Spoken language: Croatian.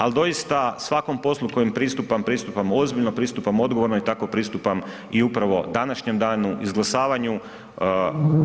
Al doista svakom poslu kojem pristupam pristupam ozbiljno, pristupam odgovorno i tako pristupam i upravo današnjem danu izglasavanju